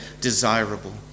desirable